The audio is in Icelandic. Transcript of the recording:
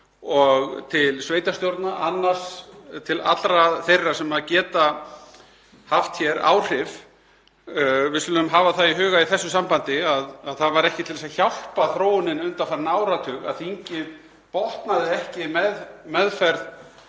og til sveitarstjórna, til allra þeirra sem geta haft hér áhrif. Við skulum hafa það í huga í þessu sambandi að það var ekki til hjálpa þróuninni undanfarinn áratug að þingið botnaði ekki meðferð